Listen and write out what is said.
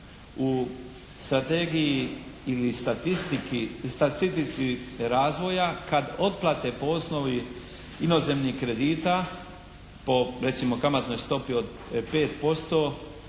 u strategiji ili statistici razvoja kad otplate po osnovi inozemnih kredita po recimo kamatnoj stopi od 5%